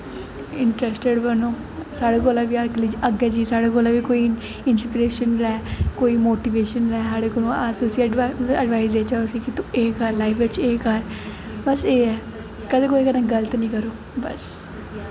interested बनो साढ़े कोला दा बी अग्गें कोई इंस्पिरेशन लै कोई मोटिवेशन लै अस उसी अडवाईस देचै कि एह् करी लै बच्चे एह् कर बस एह् ऐ कदें कुसै कन्नै गल्त निं करो बस